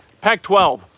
Pac-12